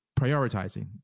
prioritizing